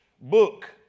book